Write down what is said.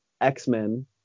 X-Men